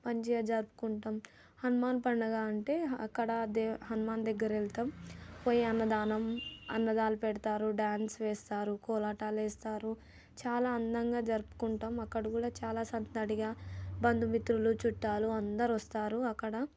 మంచిగా జరుపుకుంటాం హనుమాన్ పండగ అంటే అక్కడ హనుమాన్ దగ్గర వెళ్తాము పోయి అన్నదానం అన్నదానం పెడతారు డాన్స్ వేస్తారు కోలాటాలు వేస్తారు చాలా అందంగా జరుపుకుంటాం అక్కడ కూడా చాలా సందడిగా బంధుమిత్రులు చుట్టాలు అందరు వస్తారు అక్కడ